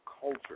culture